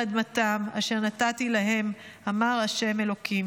אדמתם אשר נתתי להם אמר ה' אלהיך".